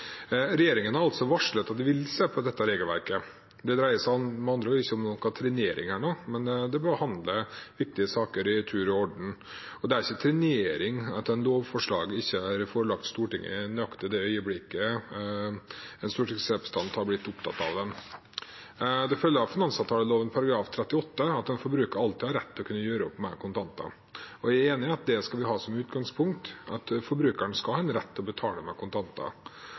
trenering, men om å behandle viktige saker i tur og orden. Det er ikke trenering at et lovforslag ikke blir forelagt Stortinget i nøyaktig det øyeblikket en stortingsrepresentant har blitt opptatt av det. Det følger av finansavtaleloven § 38 at en forbruker alltid har rett til å gjøre opp med kontanter. Jeg er enig i at vi skal ha som utgangspunkt at en forbruker skal ha rett til å betale med kontanter.